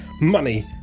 money